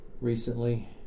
recently